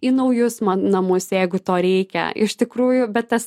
į naujus namus jeigu to reikia iš tikrųjų bet tas